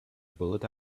bullet